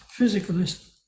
physicalist